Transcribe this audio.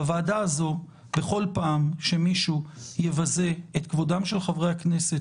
בוועדה הזו בכל פעם שמישהו יבזה את כבודם של חברי הכנסת,